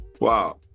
Wow